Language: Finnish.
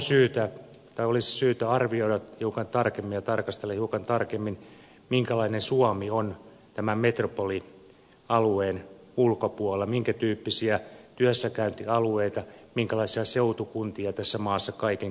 ehkä olisi syytä arvioida hiukan tarkemmin ja tarkastella hiukan tarkemmin minkälainen suomi on tämän metropolialueen ulkopuolella minkä tyyppisiä työssäkäyntialueita minkälaisia seutukuntia tässä maassa kaiken kaikkiaan on